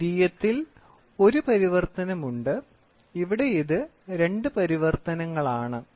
ദ്വിതീയത്തിൽ ഒരു പരിവർത്തനം ഉണ്ട് ഇവിടെ ഇത് രണ്ട് പരിവർത്തനങ്ങളാണ്